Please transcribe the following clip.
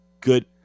good